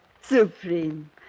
Supreme